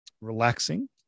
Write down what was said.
relaxing